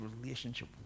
relationship